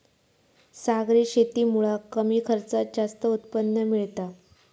सागरी शेतीमुळा कमी खर्चात जास्त उत्पन्न मिळता